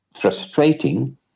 frustrating